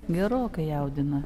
gerokai jaudina